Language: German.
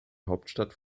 hauptstadt